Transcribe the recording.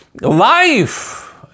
Life